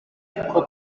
uko